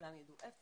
שהיושב ראש